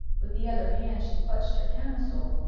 with the other hand she clutched her camisole,